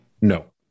No